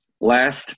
Last